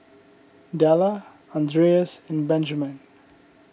Della andreas and Benjman